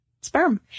sperm